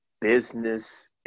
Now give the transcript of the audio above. business